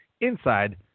inside